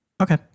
Okay